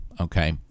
okay